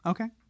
Okay